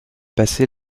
passer